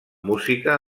música